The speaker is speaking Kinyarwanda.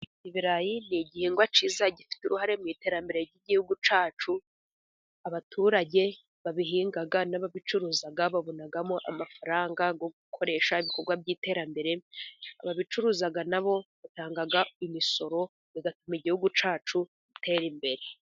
Ibirayi ni igihingwa cyiza gifite uruhare mu iterambere ry'igihugu cyacu. Abaturage babihinga n'ababicuruza babonamo amafaranga yo gukoresha ibikorwa by'iterambere. Ababicuruza nabo batanga imisoro bigatuma igihugu cyacu gitera imbere.